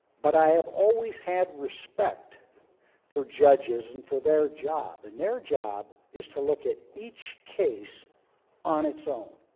but i have always had respect for judges and for their job, and their job is to look at each case on its own